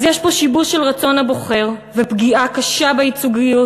אז יש פה שיבוש של רצון הבוחר ופגיעה קשה בייצוגיות,